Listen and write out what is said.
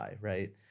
right